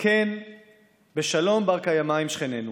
הכן בשלום בר-קיימא עם שכנינו,